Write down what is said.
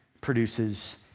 produces